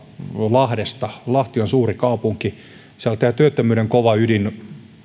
lahdesta lahti on suuri kaupunki siellä tämä työttömyyden kova ydin